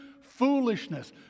foolishness